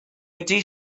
ydy